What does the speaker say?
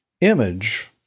image